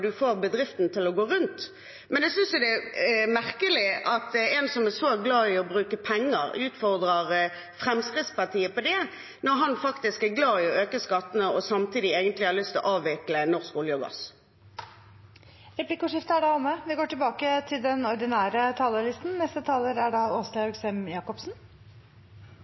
du får bedriften til å gå rundt. Men jeg synes det er merkelig at en som er så glad i å bruke penger, utfordrer Fremskrittspartiet på det, når man faktisk er glad i å øke skattene og samtidig egentlig har lyst til å avvikle norsk olje og gass. Replikkordskiftet er omme. Norge er et av verdens beste land å bo i, og vi skårer høyt på ulike internasjonale indekser. Velferdsstaten er